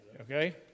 okay